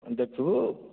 ଦେଖିବୁ